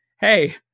Hey